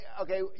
okay